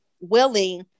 willing